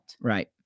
Right